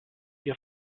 ihr